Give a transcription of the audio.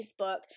Facebook